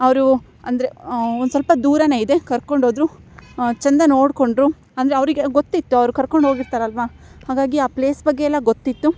ಅವರು ಅಂದರೆ ಒಂದು ಸ್ವಲ್ಪ ದೂರವೇ ಇದೆ ಕರ್ಕೊಂಡೋದ್ರು ಚಂದ ನೋಡಿಕೊಂಡ್ರು ಅಂದರೆ ಅವರಿಗೆ ಗೊತ್ತಿತ್ತು ಅವ್ರು ಕರ್ಕೊಂಡೋಗಿರ್ತಾರಲ್ವಾ ಹಾಗಾಗಿ ಆ ಪ್ಲೇಸ್ ಬಗ್ಗೆ ಎಲ್ಲ ಗೊತ್ತಿತ್ತು